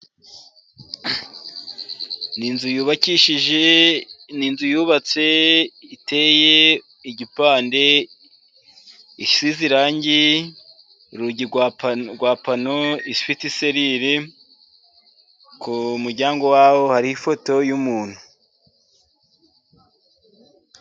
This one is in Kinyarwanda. Inzu yubakishije, ni inzu yubatse, iteye igipande, isize irangi, urugi rwa pano, ifite iserire, ku muryango warwo hari ifoto y'umuntu.